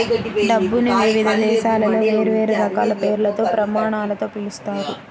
డబ్బుని వివిధ దేశాలలో వేర్వేరు రకాల పేర్లతో, ప్రమాణాలతో పిలుస్తారు